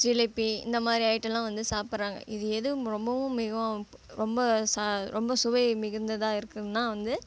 ஜிலேபி இந்த மாதிரி ஐட்டலாம் வந்து சாப்பிட்றாங்க இது எதுவும் ரொம்பவும் மிகவும் ப ரொம்ப சா ரொம்ப சுவை மிகுந்ததாக இருக்குன்னா வந்து